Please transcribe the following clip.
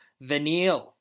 Vanille